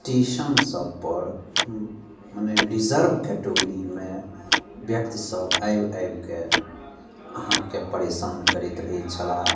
station सबपर मने reserve कैटगरीमे व्यक्ति सब आबि आबिकऽ अहाँके परेशान करैत रहै छलाह